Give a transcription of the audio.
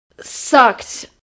sucked